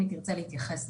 אם היא תרצה להתייחס,